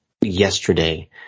yesterday